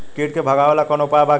कीट के भगावेला कवनो उपाय बा की?